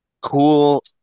cool